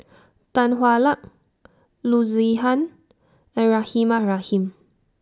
Tan Hwa Luck Loo Zihan and Rahimah Rahim